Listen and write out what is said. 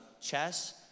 Chess